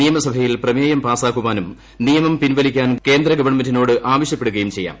നിയമസഭയിൽ പ്രമേയം പാസാക്കാനും നിയമം പിൻവലിക്കാൻ കേന്ദ്രഗവൺമെന്റിനോട് ആവശ്യപ്പെടുകയും ചെയ്യാം